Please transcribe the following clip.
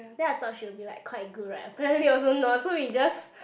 then I thought she'll be like quite good right apparently also not so we just